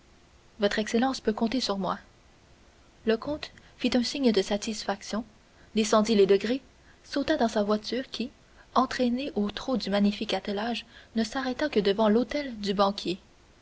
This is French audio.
votre excellence peut compter sur moi le comte fit un signe de satisfaction descendit les degrés sauta dans sa voiture qui entraînée au trot du magnifique attelage ne s'arrêta que devant l'hôtel du banquier